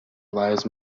lies